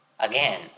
Again